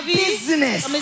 business